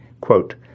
Quote